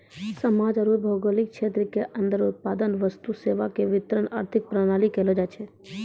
समाज आरू भौगोलिक क्षेत्र के अन्दर उत्पादन वस्तु सेवा के वितरण आर्थिक प्रणाली कहलो जायछै